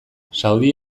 saudi